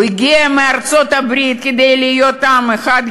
הוא הגיע מארצות-הברית כדי להיות "עם אחד,